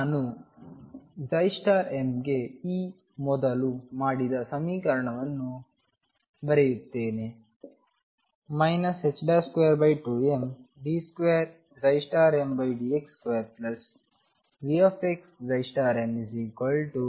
ನಾನು mಗೆ ಈ ಮೊದಲು ಮಾಡಿದ ಸಮೀಕರಣವನ್ನು ಬರೆಯುತ್ತೇನೆ 22md2mdx2VxmEmm